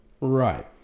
Right